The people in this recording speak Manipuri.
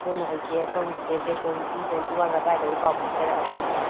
ꯑꯗꯨꯅ ꯑꯩꯁꯦ ꯁꯣꯝꯒꯤꯁꯦ ꯗꯦꯠ ꯇ꯭ꯋꯦꯟꯇꯤ ꯇ꯭ꯋꯦꯟꯇꯤ ꯋꯥꯟ ꯑꯗꯥꯏꯗ ꯄꯥꯎ ꯐꯥꯎꯖꯔꯛꯑꯒꯦ